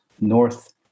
north